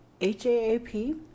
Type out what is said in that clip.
HAAP